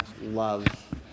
love